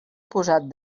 posat